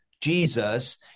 Jesus